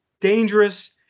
dangerous